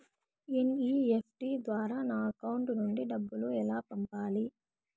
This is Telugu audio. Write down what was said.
ఎన్.ఇ.ఎఫ్.టి ద్వారా నా అకౌంట్ నుండి డబ్బులు ఎలా పంపాలి